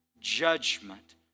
judgment